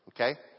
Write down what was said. okay